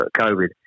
covid